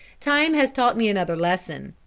time has taught me another lesson.